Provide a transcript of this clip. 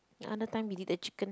the other time we did the chicken